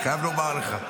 אני חייב לומר לך.